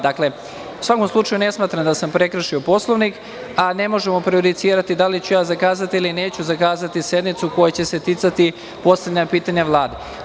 Dakle, u svakom slučaju ne smatram da sam prekršio Poslovnik, a ne možemo prejudicirati da li ću zakazati ili neću zakazati sednicu koja će se ticati postavljanja pitanja Vladi.